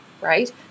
right